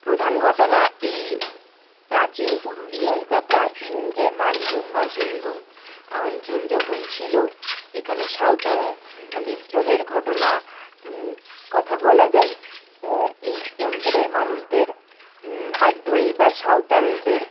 প্রধান ঘটনা এই প্রাচীন পুরুলিয়ায় বা প্রাচীন যে মানভূম বা সিংভূম অঞ্চল যখন ছিল এখানে সাঁওতাল বিদ্রোহের ঘটনা কথা বলা যায় এই অঞ্চলের মানুষদের হাত ধরেই বা সাঁওতালদের